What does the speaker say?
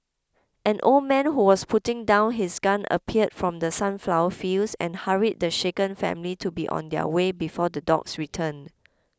an old man who was putting down his gun appeared from the sunflower fields and hurried the shaken family to be on their way before the dogs return